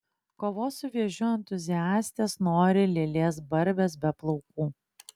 kovos su vėžiu entuziastės nori lėlės barbės be plaukų